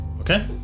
Okay